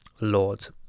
Lords